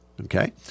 Okay